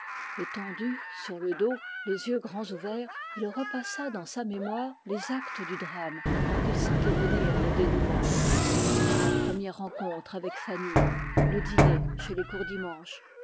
étendu sur le dos les yeux grands ouverts il repassa dans sa mémoire les actes du drame dont il sentait venir le dénouement la première rencontre avec fanny le dîner chez les courdimanche